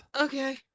Okay